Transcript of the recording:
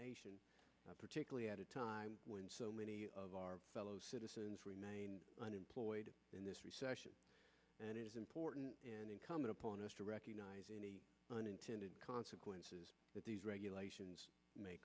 nation particularly at a time when so many of our fellow citizens remain unemployed in this recession and it is important incumbent upon us to recognize unintended consequences that these regulations may